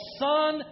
son